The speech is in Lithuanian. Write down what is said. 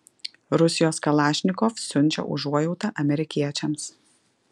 rusijos kalašnikov siunčia užuojautą amerikiečiams